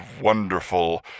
wonderful